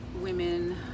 women